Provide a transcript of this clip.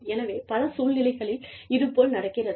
எனவே பல சூழ்நிலைகளில் இதுபோல் நடக்கிறது